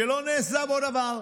שלא נעשה בו דבר,